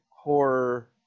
horror